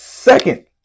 Second